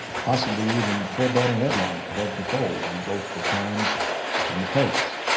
possibly even full-banner headline above the fold in both the times and the post.